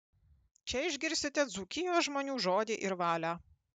čia išgirsite dzūkijos žmonių žodį ir valią